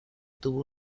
tuvo